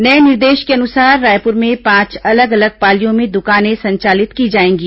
नए निर्देश के अनुसार रायपुर में पांच अलग अलग पालियों में दुकानें संचालित की जाएंगी